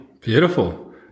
Beautiful